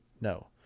No